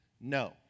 No